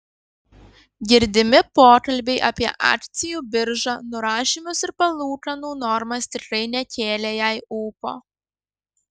girdimi pokalbiai apie akcijų biržą nurašymus ir palūkanų normas tikrai nekėlė jai ūpo